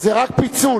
זה רק פיצול.